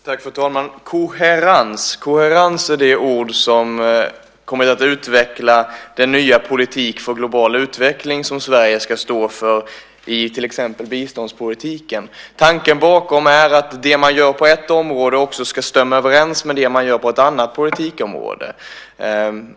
Fru talman! Koherens! Koherens är det ord som kommit att dominera utvecklingen av den nya politik för global utveckling som Sverige ska stå för i till exempel biståndspolitiken. Tanken är att det man gör på ett område också ska stämma överens med det man gör på ett annat politikområde.